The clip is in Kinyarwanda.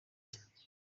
cye